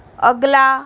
अगला